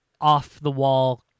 off-the-wall